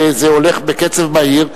וזה הולך בקצב מהיר,